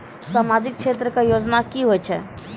समाजिक क्षेत्र के योजना की होय छै?